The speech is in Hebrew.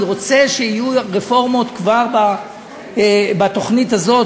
אני רוצה שיהיו רפורמות כבר בתוכנית הזאת,